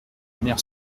mère